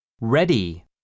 Ready